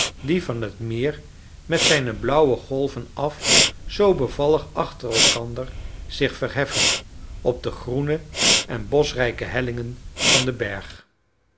die van het meer met zijne blauwe golven af zoo bevallig achter elkander zich verheffen op de groene en boschrijke hellingen van den berg